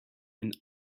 and